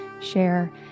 share